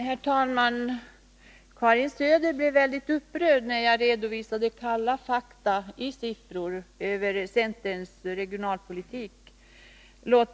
Herr talman! Karin Söder blev väldigt upprörd när jag redovisade kalla fakta i siffror över centerns regionalpolitik.